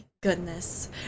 goodness